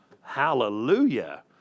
Hallelujah